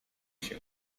się